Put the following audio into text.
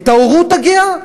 את ההורות הגאה.